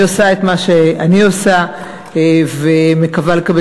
אני עושה את מה שאני עושה ומקווה לקבל